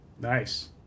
Nice